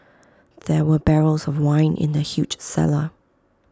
there were barrels of wine in the huge cellar